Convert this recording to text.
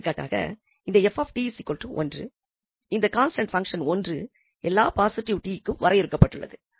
எடுத்துக்காட்டாக இந்த 𝑓𝑡 1 இந்த கான்ஸ்டண்ட் பங்சன் 1 எல்லா பாசிட்டிவ் 𝑡 க்கும் வரையறுக்கப்பட்டுள்ளது